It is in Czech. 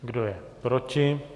Kdo je proti?